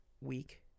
week